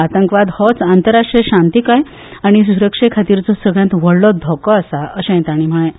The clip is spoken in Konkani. आतंकवाद होच आंतरराष्ट्रीय शांतीकाय आनी सुरक्षे खातीरचो सगल्यांत व्हडलो धोको आसा अशेंय तांणी म्हळें